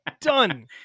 Done